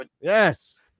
yes